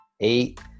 eight